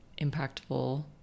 impactful